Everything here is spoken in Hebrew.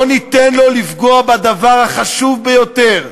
לא ניתן לו לפגוע בדבר החשוב ביותר,